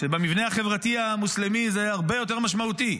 כשבמבנה החברתי המוסלמי זה הרבה יותר משמעותי,